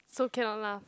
so cannot laugh